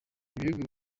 ibihugu